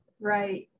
right